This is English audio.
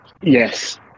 Yes